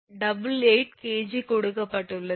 88 𝐾𝑔 கொடுக்கப்பட்டுள்ளது